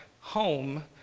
home